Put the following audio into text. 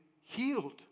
healed